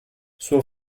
suo